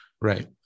Right